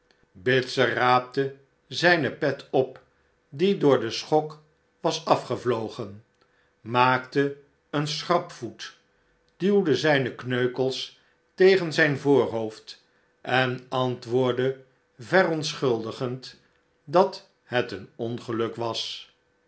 bitzer raapte zijne pet op die door den schok was afgevlogen maakte een schrapvoet duwde zijne kneukels tegen zijn voorhoofd en antwoordde verontschuldigend dat het een ongeluk was